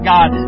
God